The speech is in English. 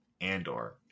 Andor